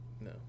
no